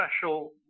special